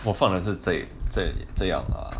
我放的是这这这样 lah